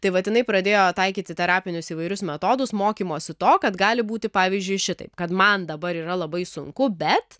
tai vat jinai pradėjo taikyti terapinius įvairius metodus mokymosi to kad gali būti pavyzdžiui šitaip kad man dabar yra labai sunku bet